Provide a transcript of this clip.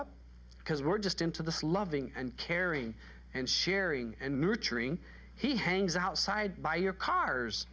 because we're just into this loving and caring and sharing and nurturing he hangs outside by your cars